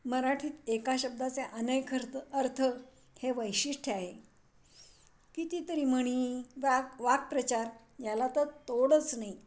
मराठीत एका शब्दाचे अनेक हर्थ अर्थ हे वैशिष्ट्य आहे किती तरी म्हणी वा वाकप्रचार याला तर तोडच नाही